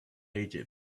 egypt